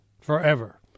forever